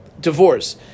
divorce